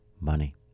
money